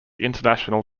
international